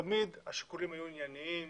תמיד השיקולים היו ענייניים